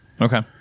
Okay